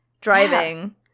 driving